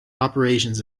operations